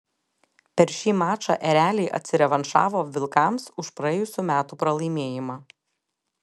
per šį mačą ereliai atsirevanšavo vilkams už praėjusių metų pralaimėjimą